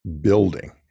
building